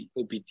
OPT